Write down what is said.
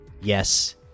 yes